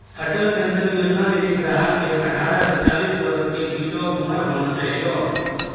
Atal pension योजना लेली ग्राहक के अठारह से चालीस वर्ष के बीचो उमर होना चाहियो